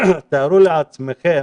תארו לעצמכם